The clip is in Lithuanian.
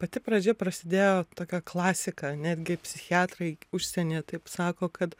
pati pradžia prasidėjo tokia klasika netgi psichiatrai užsienyje taip sako kad